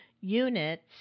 units